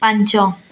ପାଞ୍ଚ